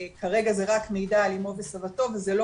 כרגע זה רק מידע על אימו וסבתו וזה לא